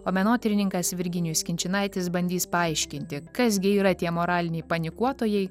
o menotyrininkas virginijus kinčinaitis bandys paaiškinti kas gi yra tie moraliniai panikuotojai